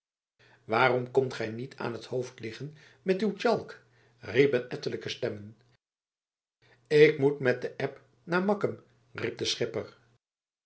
waarom komt gij niet aan t hoofd liggen met uw tjalk riepen ettelijke stemmen ik moet met de eb naar makkum riep de schipper